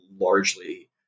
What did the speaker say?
largely